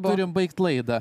turim baigt laidą